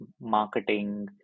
marketing